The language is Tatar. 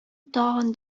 тагын